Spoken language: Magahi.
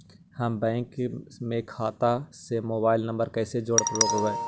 हम बैंक में खाता से मोबाईल नंबर कैसे जोड़ रोपबै?